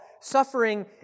suffering